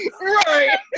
Right